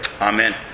Amen